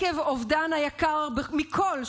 עקב אובדן היקר מכול,